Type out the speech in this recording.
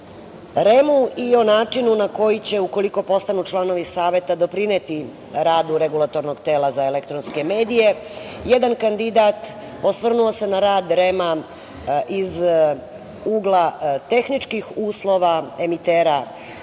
REM-u i o načinu na koji će, ukoliko postanu članovi Saveta, doprineti radu Regulatornog tela za elektronske medije. Jedan kandidat osvrnuo se na rad REM-a iz ugla tehničkih uslova, emitera